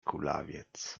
kulawiec